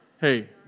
Hey